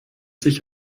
sich